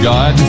God